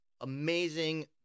amazing